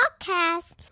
podcast